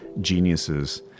geniuses